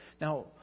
Now